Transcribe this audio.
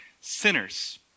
sinners